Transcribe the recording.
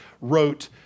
wrote